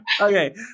Okay